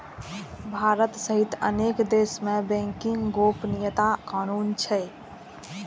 भारत सहित अनेक देश मे बैंकिंग गोपनीयता कानून छै